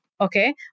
okay